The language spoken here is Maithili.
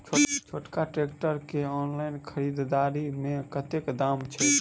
छोटका ट्रैक्टर केँ ऑनलाइन खरीददारी मे कतेक दाम छैक?